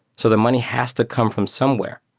so their money has to come from somewhere.